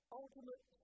ultimate